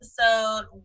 episode